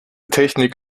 technik